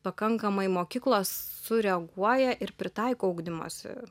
pakankamai mokyklos sureaguoja ir pritaiko ugdymosi